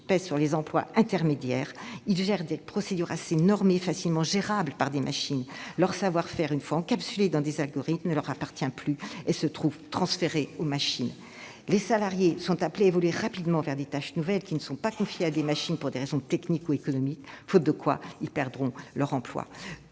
personnels administratifs gèrent des procédures assez normées facilement exécutables par des machines. Leur savoir-faire, une fois « encapsulé » dans des algorithmes, ne leur appartient plus et se trouve transféré aux machines. De tels salariés sont appelés à évoluer rapidement vers des tâches nouvelles, qui ne sont pas confiées à des machines pour des raisons techniques ou économiques, faute de quoi ils perdront leur emploi.